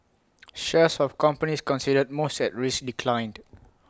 shares of companies considered most at risk declined